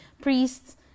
priests